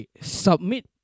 submit